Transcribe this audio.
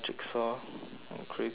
creativity